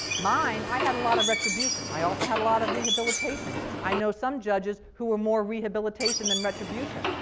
mine, i had a lot of retribution. i also had a lot of rehabilitation. i know some judges who were more rehabilitation than retribution.